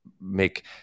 make